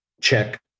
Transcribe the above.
check